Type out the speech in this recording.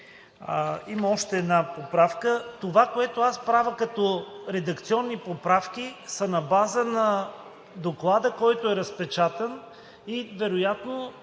има още една поправка. Това, което правя като редакционни поправки, са на база на Доклада, който е разпечатан, и вероятно